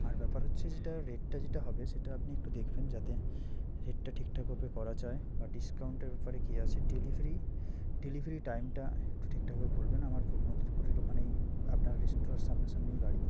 আর ব্যাপার হচ্ছে যেটা রেটটা যেটা হবে সেটা আপনি একটু দেখবেন যাতে রেটটা ঠিকঠাকভাবে করা যায় বা ডিসকাউন্টয়ের ব্যপারে কি আছে ডেলিভারি ডেলিভারি টাইমটা একটু ঠিকঠাকভাবে বলবেন আমার পূর্ব মেদনীপুরের ওখানেই আপনার রেস্তোরাঁর সামনা সামনিই বাড়ি